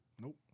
Nope